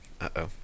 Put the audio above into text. Uh-oh